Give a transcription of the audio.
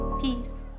Peace